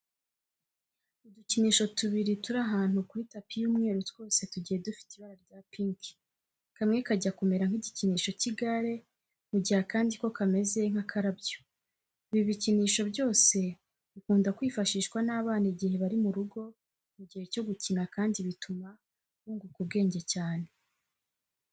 Udukinisho tubiri turi ahantu kuri tapi y'umweru twose tugiye dufite ibara rya pinki. Kamwe kajya kumera nk'igikinisho cy'igare, mu gihe akandi ko kameze nk'akarabyo. Ibi bikinisho byose bikunda kwifashishwa n'abana igihe bari mu rugo mu gihe cyo gukina kandi bituma bunguka ubwenge cyane.